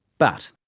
but,